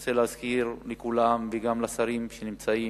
רוצה להזכיר לכולם וגם לשרים שנמצאים,